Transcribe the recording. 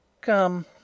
come